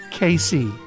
Casey